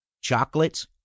Chocolates